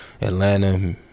Atlanta